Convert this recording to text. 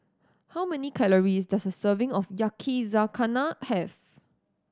how many calories does a serving of Yakizakana have